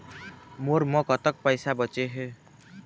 मोर म कतक पैसा बचे हे?